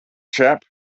chap